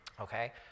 okay